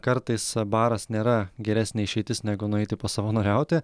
kartais baras nėra geresnė išeitis negu nueiti pasavanoriauti